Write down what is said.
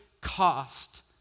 cost